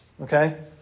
Okay